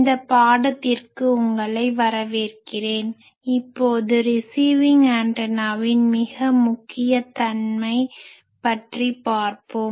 இந்த பாடத்திற்கு உங்களை வரவேற்கிறேன் இப்போது ரிசிவிங் ஆன்டனாவின் மிக முக்கிய தன்மை பற்றி பார்ப்போம்